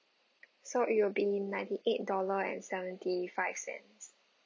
so it will be ninety eight dollar and seventy five cents